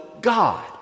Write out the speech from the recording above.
God